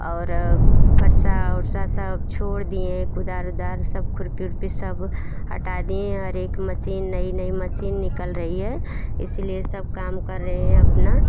और फरसा वरसा सब सब छोड़ दिए कुदाल वुदाल सब खुरपी वूरपी सब हटा दिए और एक मसीन नई नई मसीन निकल रही है इसी लिए सब काम कर रहे है अपना